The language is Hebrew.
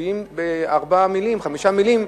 מופיעות בארבע-חמש מלים,